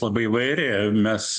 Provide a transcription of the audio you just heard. labai įvairi mes